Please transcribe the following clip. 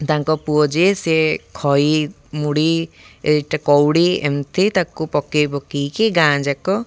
ତାଙ୍କ ପୁଅ ଯିଏ ସିଏ ଖଇ ମୁଢ଼ି ଏଇଟା କଉଡ଼ି ଏମିତି ତାକୁ ପକାଇ ପକାଇକି ଗାଁ ଯାକ